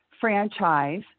franchise